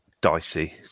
dicey